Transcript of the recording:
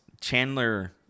Chandler –